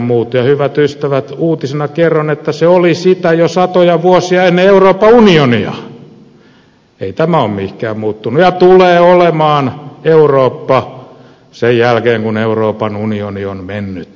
ja hyvät ystävät uutisena kerron että se oli sitä jo satoja vuosia ennen euroopan unionia ei tämä ole mihinkään muuttunut ja tulee olemaan eurooppa sen jälkeen kun euroopan unioni on mennyt